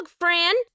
friend